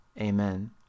amen